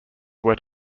were